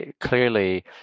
clearly